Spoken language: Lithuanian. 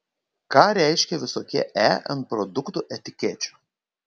ką reiškia visokie e ant produktų etikečių